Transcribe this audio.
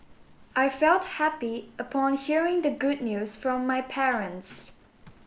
I felt happy upon hearing the good news from my parents